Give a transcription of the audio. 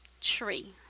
tree